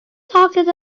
talking